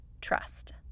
trust